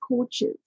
coaches